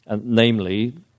Namely